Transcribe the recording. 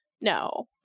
no